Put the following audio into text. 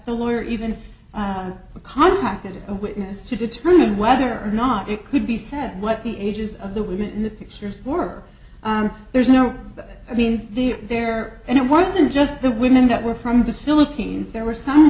the lawyer even contacted a witness to determine whether or not it could be said what the ages of the women in the pictures were there's no i mean the there and it wasn't just the women that were from the philippines there were some